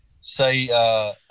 say